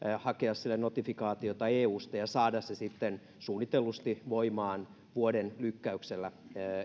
hakea notifikaatiota eusta ja voitaisiin saada se sitten suunnitellusti voimaan vuoden lykkäyksellä